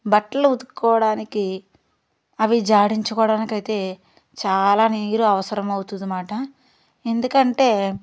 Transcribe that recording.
బట్టలు ఉతకడానికి అవి జాడించుకోవడానికి అయితే చాలా నీరు అవసరం అవుతుంది అన్నమాట ఎందుకంటే